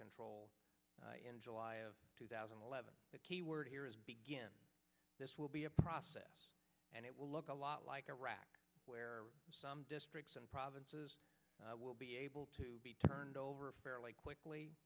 control in july of two thousand and eleven the key word here is begin this will be a process and it will look a lot like iraq where some districts and provinces will be able to be turned over fairly quickly